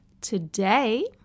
Today